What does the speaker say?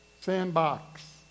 sandbox